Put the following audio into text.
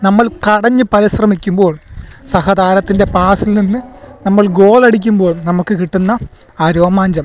നമ്മൾ കിടഞ്ഞ് പരിശ്രമിക്കുമ്പോൾ സഹതാരത്തിൻ്റെ പാസ്സിൽനിന്ന് നമ്മൾ ഗോളടിക്കുമ്പോൾ നമുക്ക് കിട്ടുന്ന ആ രോമാഞ്ചം